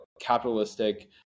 capitalistic